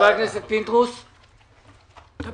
חבר הכנסת פינדרוס, ביקשת?